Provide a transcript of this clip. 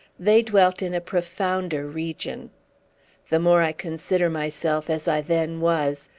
they dwelt in a profounder region the more i consider myself as i then was,